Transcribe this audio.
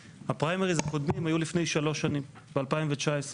הפריימריז הקודמים היו לפני שלוש שנים, ב-2019,